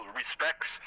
respects